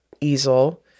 easel